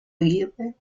aguirre